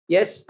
Yes